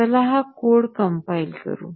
चला हा code compile करू